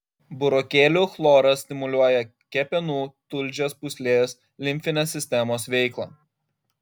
burokėlių chloras stimuliuoja kepenų tulžies pūslės limfinės sistemos veiklą